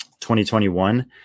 2021